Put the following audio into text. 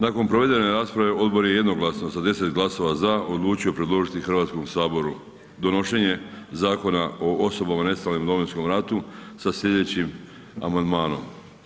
Nakon provedene rasprave, odbor je jednoglasno za 10 glasova za odlučio predložiti Hrvatskom saboru donošenje Zakona o osobama nestalim u Domovinskom ratu sa slijedećim amandmanom.